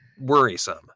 worrisome